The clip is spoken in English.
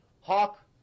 Hawk